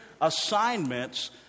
assignments